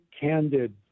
candid